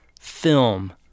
film